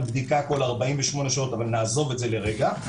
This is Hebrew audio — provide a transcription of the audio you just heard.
בדיקה כל 48 שעות אבל נעזוב את זה לרגע.